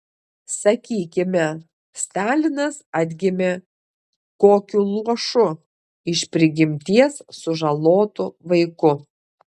sakykime stalinas atgimė kokiu luošu iš prigimties sužalotu vaiku